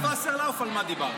תשאל את וסרלאוף על מה דיברת.